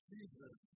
Jesus